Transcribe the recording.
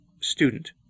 Student